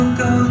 go